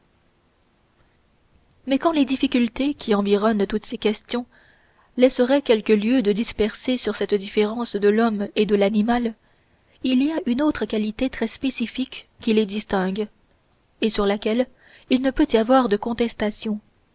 mais quand les difficultés qui environnent toutes ces questions laisseraient quelque lieu de disputer sur cette différence de l'homme et de l'animal il y a une autre qualité très spécifique qui les distingue et sur laquelle il ne peut y avoir de contestation